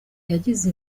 yagize